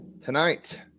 Tonight